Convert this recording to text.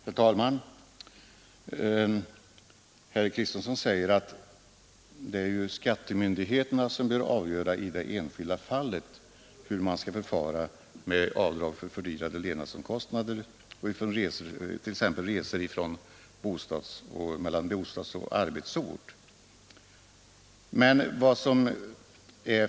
Herr talman! Herr Kristenson säger att det är skattemyndigheterna som bör avgöra i det enskilda fallet hur man skall förfara med avdrag för fördyrade levnadsomkostnader, resor mellan bostad och arbetsort etc.